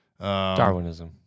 Darwinism